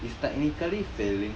is technically failing